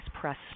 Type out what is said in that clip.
press